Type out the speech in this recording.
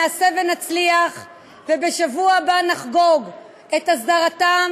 נעשה ונצליח ובשבוע הבא נחגוג את הסדרתם